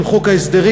של חוק ההסדרים,